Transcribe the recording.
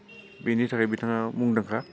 बिनि थाखाय बिथाङा मुंदांखा